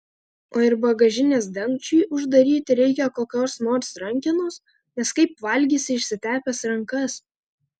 o ir bagažinės dangčiui uždaryti reikia kokios nors rankenos nes kaip valgysi išsitepęs rankas